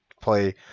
play